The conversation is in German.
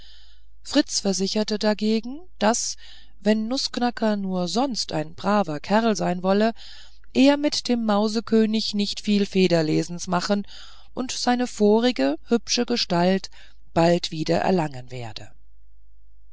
fritz versicherte dagegen daß wenn nußknacker nur sonst ein braver kerl sein wolle er mit dem mausekönig nicht viel federlesens machen und seine vorige hübsche gestalt bald wieder erlangen werde